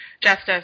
Justice